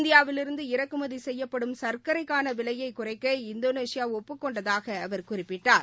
இந்தியாவிலிருந்து இறக்குமதிசெய்யப்படும் சர்க்கரைக்கானவிலையைகுறைக்க இந்தோனேஷியாஒப்புக் கொண்டதாகஅவர் குறிப்பிட்டார்